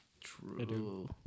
True